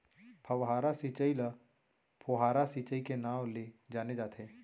फव्हारा सिंचई ल फोहारा सिंचई के नाँव ले जाने जाथे